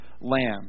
Lamb